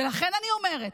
ולכן אני אומרת,